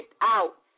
out